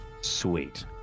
Sweet